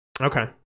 Okay